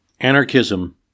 Anarchism